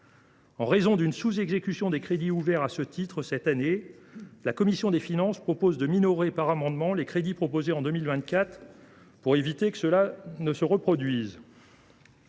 constaté une sous exécution des crédits ouverts à ce titre cette année, la commission des finances propose de minorer par amendement les crédits proposés en 2024 pour éviter que cela ne se reproduise.